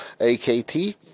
AKT